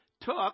took